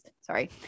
Sorry